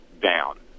down